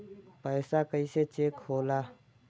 पैसा कइसे चेक होला?